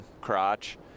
crotch